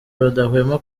badahwema